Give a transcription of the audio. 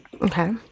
Okay